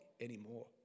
anymore